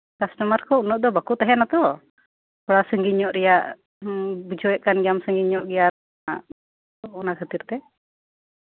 customer ᱠᱚ ᱩᱱᱟᱹᱜ ᱫᱚ ᱵᱟᱠᱚ ᱛᱟᱸᱦᱮᱱᱟ ᱛᱚ ᱥᱟᱹᱜᱤᱧᱚᱜ ᱨᱮᱭᱟᱜ ᱵᱩᱡᱷᱟᱹᱣ ᱮᱜ ᱜᱮᱭᱟᱢ ᱥᱟᱹᱜᱤᱧ ᱧᱚᱜ ᱜᱮᱭᱟ ᱚᱱᱟ ᱠᱷᱟᱹᱛᱤᱨ ᱛᱮ